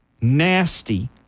nasty